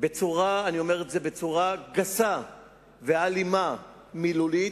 אני אומר את זה, בצורה גסה ואלימה, מילולית,